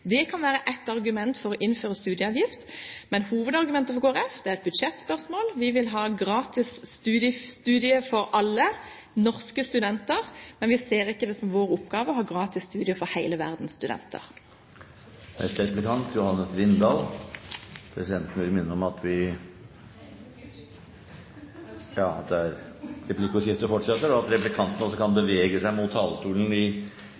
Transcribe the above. Det kan være et argument for å innføre studieavgift, men hovedargumentet for Kristelig Folkeparti er at det er et budsjettspørsmål. Vi vil ha gratis studier for alle norske studenter, men vi ser det ikke som vår oppgave å ha gratis studier for hele verdens studenter. Arbeidslivsfaget er en nyvinning i norsk skole, og forsøksordningen ble fra i høst utvidet. Per nå er det 135 skoler i 81 kommuner som er